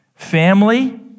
Family